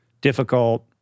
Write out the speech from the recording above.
difficult